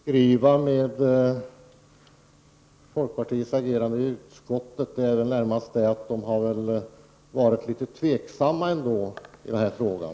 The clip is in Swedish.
Herr talman! Vad jag ville beskriva när jag talade om folkpartiets agerande i utskottet var närmast att folkpartiet har varit litet tveksamt i den här frågan.